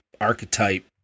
archetype